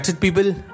people